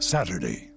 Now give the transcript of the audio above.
Saturday